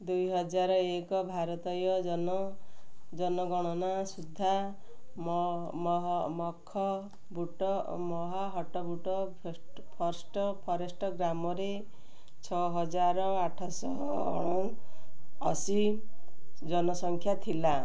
ଦୁଇହଜାର ଏକ ଭାରତୀୟ ଜନଗଣନା ସୁଦ୍ଧା ମଖହାଟୁବୁରୁ ଫରେଷ୍ଟ ଗ୍ରାମରେ ଛଅ ହଜାର ଆଠଶହ ଅଣାଅଶୀ ଜନସଂଖ୍ୟା ଥିଲା